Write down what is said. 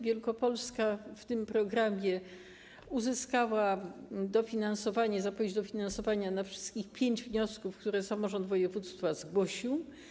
Wielkopolska w tym programie uzyskała dofinansowanie, zapowiedź dofinansowania w odpowiedzi na wszystkie pięć wniosków, które samorząd województwa zgłosił.